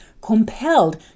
compelled